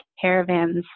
caravans